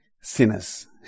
Sinners